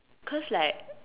cause like